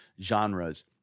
genres